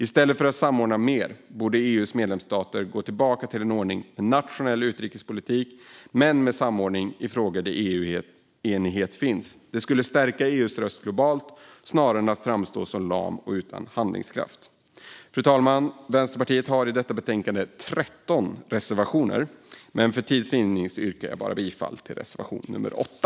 I stället för att samordna mer borde EU:s medlemsstater gå tillbaka till en ordning med nationell utrikespolitik men med samordning i frågor där EU-enighet finns. Det skulle stärka EU:s röst globalt snarare än att EU framstår som lam och utan handlingskraft. Fru talman! Vänsterpartiet har 13 reservationer i detta betänkande. Men för tids vinnande yrkar jag bifall endast till reservation 8.